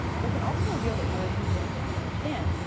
but can also reveal that words we think we understand,